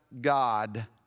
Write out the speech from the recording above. God